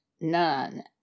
none